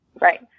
Right